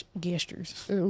gestures